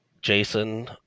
jason